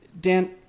Dan